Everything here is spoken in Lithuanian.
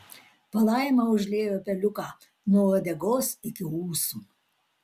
palaima užliejo peliuką nuo uodegos iki ūsų